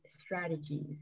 strategies